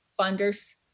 funders